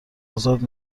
ازاد